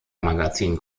magazin